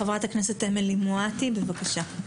חברת הכנסת אמילי מואטי, בבקשה.